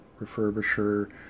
refurbisher